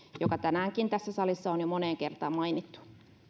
joka tänäänkin tässä salissa on jo moneen kertaan mainittu